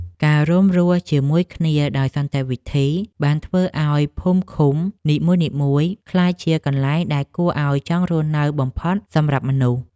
ការរួមរស់ជាមួយគ្នាដោយសន្តិវិធី បានធ្វើឱ្យភូមិឃុំនីមួយៗក្លាយជាកន្លែងដែលគួរឱ្យចង់រស់នៅបំផុតសម្រាប់មនុស្ស។